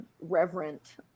reverent